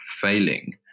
failing